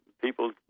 people